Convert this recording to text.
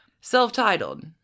Self-titled